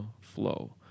flow